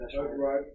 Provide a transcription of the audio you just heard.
right